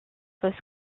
for